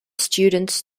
students